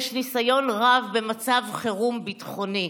יש ניסיון רב במצב חירום ביטחוני.